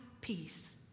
peace